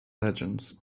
legends